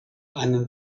einen